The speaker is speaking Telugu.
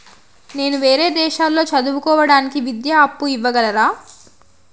నేను వేరే దేశాల్లో చదువు కోవడానికి విద్యా అప్పు ఇవ్వగలరా?